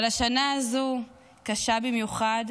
אבל השנה הזו קשה במיוחד,